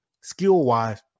skill-wise